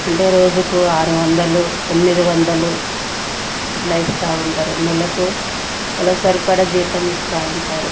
అంటే రోజుకు ఆరు వందలు ఎనిమిది వందలు ఇట్లా ఇస్తూ ఉంటారు నెలకు వాళ్ళకు సరిపడ జీతం ఇస్తూ ఉంటారు